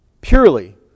Purely